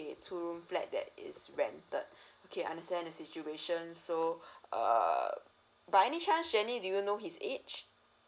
two room flat that is rented okay I understand the situation so err by any chance J E N N Y do you know his age